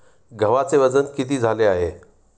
गव्हाचे वजन किती झाले आहे?